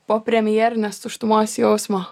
po premjerinės tuštumos jausmo